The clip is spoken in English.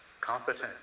competent